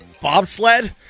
Bobsled